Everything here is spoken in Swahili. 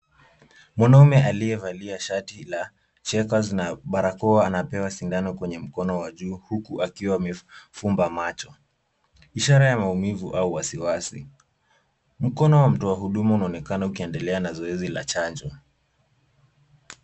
Mwanaume aliye valia shati la [checkers] na barakoa anapewa sindano kwenye mkono Wa juu huku akiwa amefumba macho ishara ya maumivu au wasiwasi mkono Wa mtu wa huduma inaonekana akiendelea na chanjo